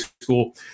school